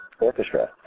orchestra